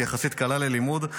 יחסית קלה ללימוד,